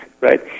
right